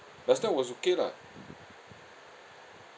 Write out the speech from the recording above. last time was okay lah